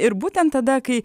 ir būtent tada kai